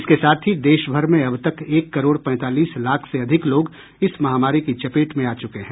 इसके साथ ही देश भर में अब तक एक करोड़ पैंतालीस लाख से अधिक लोग इस महामारी की चपेट में आ चुके हैं